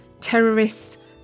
terrorists